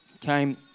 came